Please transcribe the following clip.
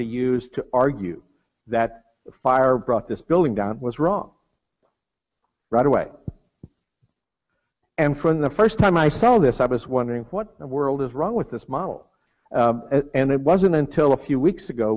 to use to argue that fire brought this building down was wrong right away and from the first time i saw this i was wondering what the world is wrong with this model and it wasn't until a few weeks ago